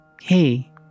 hey